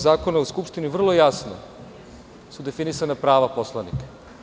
Zakona o Skupštini, vrlo jasno su definisana prava poslanika.